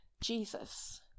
Jesus